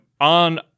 on